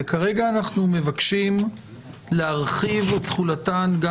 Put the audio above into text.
וכרגע אנחנו מבקשים להרחיב את תחולתן גם